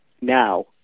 now